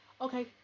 Okay